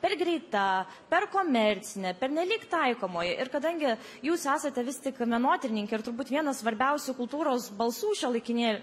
per greita per komercinė pernelyg taikomoji ir kadangi jūs esate vis tik menotyrininkė ir turbūt vienas svarbiausių kultūros balsų šiuolaikinė